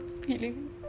feeling